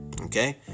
okay